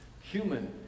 human